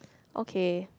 okay